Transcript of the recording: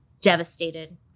Devastated